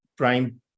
prime